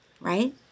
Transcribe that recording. right